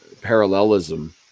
parallelism